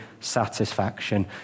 satisfaction